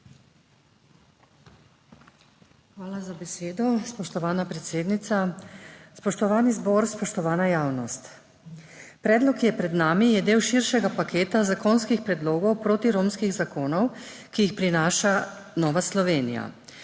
Hvala za besedo, spoštovana predsednica. Spoštovani zbor, spoštovana javnost! Predlog, ki je pred nami, je del širšega paketa zakonskih predlogov protiromskih zakonov, ki jih prinaša Nova Slovenija.